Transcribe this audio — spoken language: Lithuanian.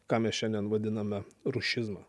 ką mes šiandien vadiname rušizmą